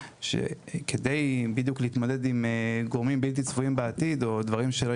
כדי להתמודד עם הגורמים הבלתי-צפויים בעתיד או עם הדברים שלא